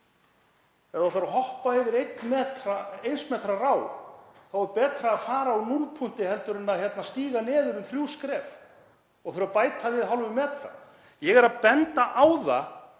Ef þú ætlar að hoppa yfir eins metra rá þá er betra að fara af núllpunkti heldur en að stíga niður um þrjú skref og þurfa að bæta við hálfum metra. Ég er að benda á að